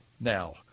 now